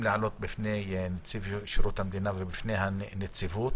להעלות בפני נציב שירות המדינה ובפני הנציבות